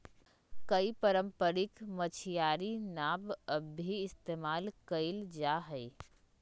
कई पारम्परिक मछियारी नाव अब भी इस्तेमाल कइल जाहई